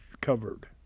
covered